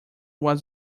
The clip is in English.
was